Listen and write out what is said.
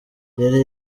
yari